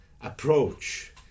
approach